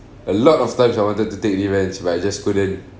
a lot of times I wanted to take revenge but I just couldn't